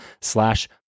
slash